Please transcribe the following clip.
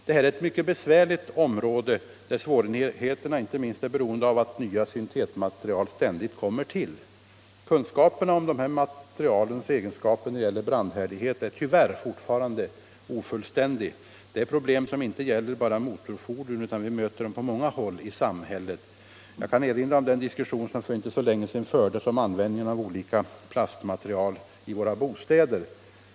Detta är ett mycket besvärligt område där svårigheterna inte minst är beroende av att nya syntetmaterial ständigt kommer till. Kunskaperna om de här materialens brandhärdighet är fortfarande ofullständiga. Dessa problem gäller inte bara motorfordon, utan vi möter dem på många håll i samhället. Jag kan erinra om den diskussion som fördes för inte så länge sedan om användningen av olika plastmaterial i våra bostäder.